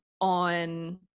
on